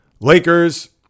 Lakers